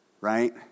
right